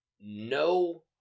no